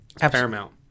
paramount